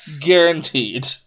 Guaranteed